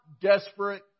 desperate